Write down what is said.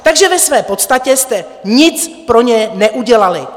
Takže ve své podstatě jste nic pro ně neudělali.